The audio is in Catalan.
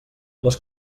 les